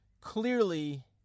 Clearly